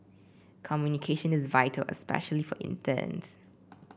communication is vital especially for interns